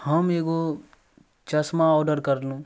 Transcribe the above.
हम एगो चश्मा औडर कयलहुॅं